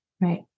right